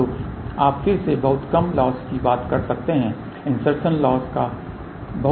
तो आप फिर से बहुत कम लॉस की बात कर सकते हैं इंसर्शन लॉस बहुत कम है